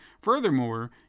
Furthermore